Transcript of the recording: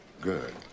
Good